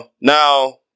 now